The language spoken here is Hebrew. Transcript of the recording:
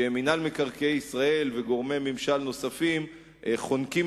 שמינהל מקרקעי ישראל וגורמי ממשל נוספים חונקים